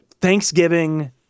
Thanksgiving